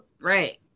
Right